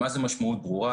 מה זו משמעות ברורה?